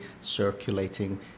circulating